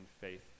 faith